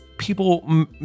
People